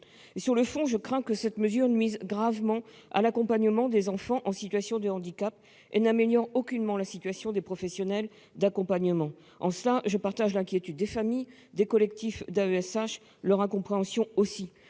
Sur le fond, je crains que cette mesure ne nuise gravement à l'accompagnement des enfants en situation de handicap et n'améliore aucunement la situation des professionnels d'accompagnement. En cela, je partage l'inquiétude des familles et des collectifs d'AESH, ainsi que leur incompréhension.